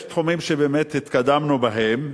יש תחומים שבאמת התקדמנו בהם